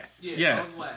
yes